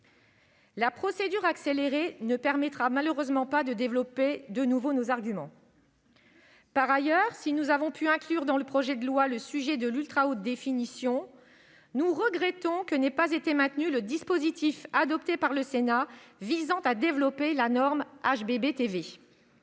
La procédure accélérée ne permettra malheureusement pas de développer de nouveau nos arguments. Par ailleurs, si nous avons pu inclure dans le projet de loi le sujet de l'ultra haute définition, nous regrettons que n'ait pas été maintenu le dispositif adopté par le Sénat visant à développer la norme Hbb TV.